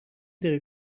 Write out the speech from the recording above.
داری